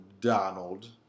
Donald